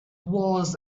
was